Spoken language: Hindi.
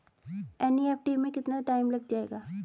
एन.ई.एफ.टी में कितना टाइम लग जाएगा?